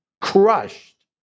crushed